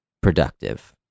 productive